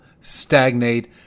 stagnate